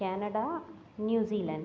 Canada New Zealand